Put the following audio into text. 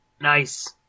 Nice